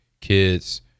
kids